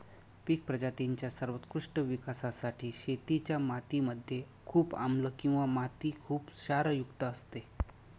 पिक प्रजातींच्या सर्वोत्कृष्ट विकासासाठी शेतीच्या माती मध्ये खूप आम्लं किंवा माती खुप क्षारयुक्त असते